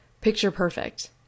picture-perfect